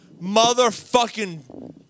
motherfucking